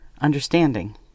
understanding